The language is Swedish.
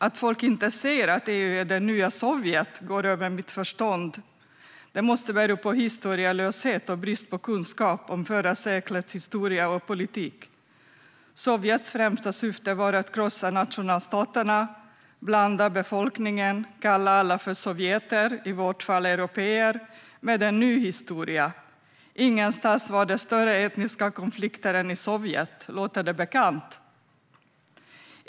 Att folk inte ser att EU är det nya Sovjet går över mitt förstånd. Det måste bero på historielöshet och brist på kunskap om förra seklets historia och politik. Sovjets främsta syfte var att krossa nationalstaterna, blanda befolkningen, kalla alla för sovjeter, i vårt fall européer - med en ny historia. Ingenstans var det större etniska konflikter än i Sovjet. Låter det bekant?